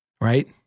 right